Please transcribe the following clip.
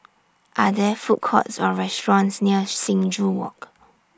Are There Food Courts Or restaurants near Sing Joo Walk